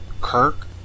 Kirk